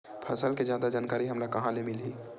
फसल के जादा जानकारी हमला कहां ले मिलही?